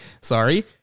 sorry